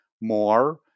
more